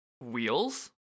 Wheels